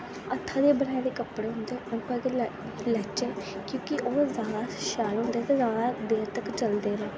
हत्थें दे बनाए दे कपड़े होंदे जेहडे उऐ लेचे क्योंकि ओह् जैदा शैल होंदे ते ओह् जैदा देर तक चलदे न